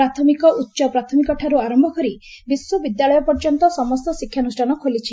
ପ୍ରାଥମିକ ଉଚ୍ଚ ପ୍ରାଥମିକଠାରୁ ଆରମ୍ଭ କରି ବିଶ୍ୱବିଦ୍ୟାଳୟ ପର୍ଯ୍ୟନ୍ତ ସମସ୍ତ ଶିକ୍ଷାନୁଷାନ ଖୋଲିଛି